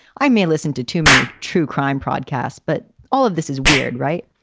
i may listen to too many to crime broadcasts, but all of this is weird, right?